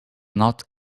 not